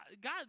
God